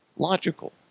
logical